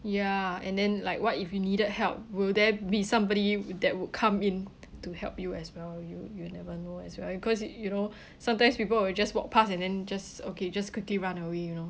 ya and then like what if you needed help will there be somebody that would come in to help you as well you you will never know as well because i~ you know sometimes people will just walk past and then just okay just quickly run away you know